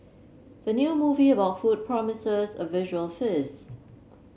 the new movie about food promises a visual feast